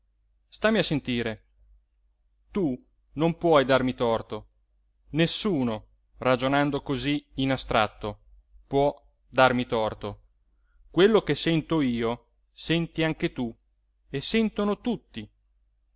stammi a sentire tu non puoi darmi torto nessuno ragionando così in astratto può darmi torto quello che sento io senti anche tu e sentono tutti